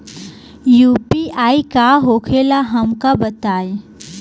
UPI का होखेला हमका बताई?